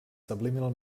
subliminal